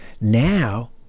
Now